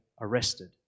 arrested